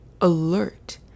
alert